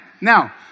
Now